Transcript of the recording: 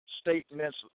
statements